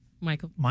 Michael